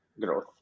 growth